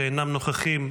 שאינם נוכחים,